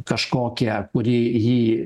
kažkokią kuri jį